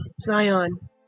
Zion